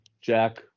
Jack